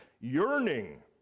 yearning